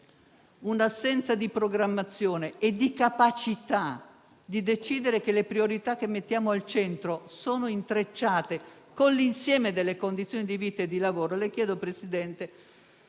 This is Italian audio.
un'assenza di programmazione e di capacità di decidere che le priorità che mettiamo al centro sono intrecciate con l'insieme delle condizioni di vita e di lavoro,